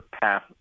path